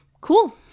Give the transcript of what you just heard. Cool